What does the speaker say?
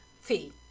fee